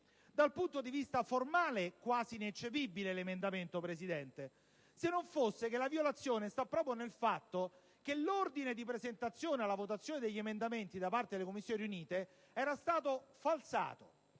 Dal punto di vista formale l'emendamento era quasi ineccepibile, se non fosse che la violazione sta proprio nel fatto che l'ordine di presentazione per la votazione degli emendamenti da parte delle Commissioni riunite era stato falsato: